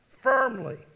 firmly